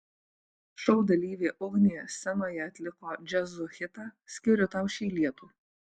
šou dalyvė ugnė scenoje atliko jazzu hitą skiriu tau šį lietų